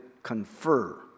confer